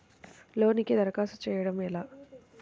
లోనుకి దరఖాస్తు చేయడము ఎలా?